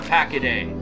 Pack-A-Day